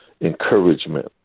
encouragement